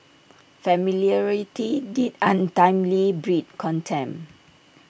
familiarity did ultimately breed contempt